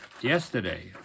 yesterday